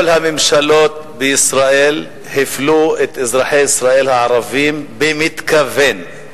כל הממשלות בישראל הפלו את אזרחי ישראל הערבים במתכוון,